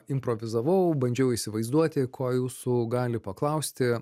improvizavau bandžiau įsivaizduoti ko jūsų gali paklausti